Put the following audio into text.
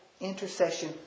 intercession